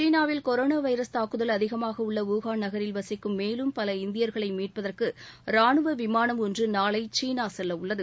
சீனாவில் corona virus தாக்குதல் அதிகமாக உள்ள வூஹான் நகரில் வசிக்கும் மேலும் பல இந்தியர்களை மீட்பதற்கு ராணுவ விமானம் ஒன்று நாளை சீனா செல்லவுள்ளது